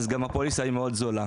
אז גם הפוליסה מאוד זולה.